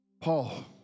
Paul